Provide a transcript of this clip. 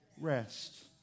rest